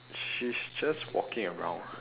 she's just walking around